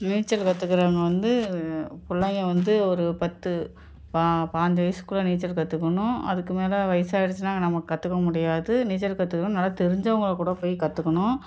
நீச்சல் கற்றுக்குறவுங்க வந்து பிள்ளைங்க வந்து ஒரு பத்து பா பாஞ்சு வயசுக்குள்ளே நீச்சல் கற்றுக்கணும் அதுக்கு மேல் வயதாயிடுச்சுனா நம்ம கற்றுக்க முடியாது நீச்சல் கற்றுக்கணும் நல்லா தெரிஞ்சவங்க கூட போய் கற்றுக்கணும்